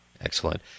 Excellent